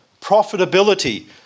profitability